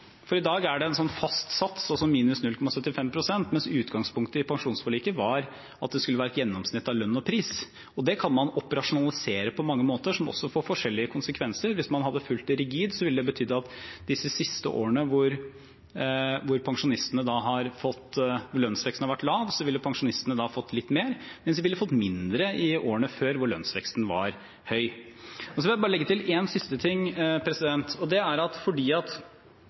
skulle være et gjennomsnitt av lønn og pris. Det kan man operasjonalisere på mange måter, som også får forskjellige konsekvenser. Hvis man hadde fulgt det rigid, ville det betydd at disse siste årene, da lønnsveksten har vært lav, ville pensjonistene fått litt mer, mens de ville fått mindre årene før, da lønnsveksten var høy. Jeg vil bare legge til en siste ting. Høyre og Fremskrittspartiet deler et viktig trekk, og det er at vi tror – eller vet – at